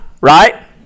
right